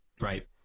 Right